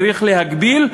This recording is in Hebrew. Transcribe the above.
צריך להגביל,